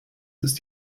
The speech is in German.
ist